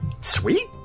Sweet